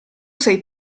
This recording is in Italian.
sei